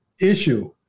Issue